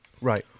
Right